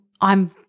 I'm-